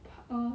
怕 err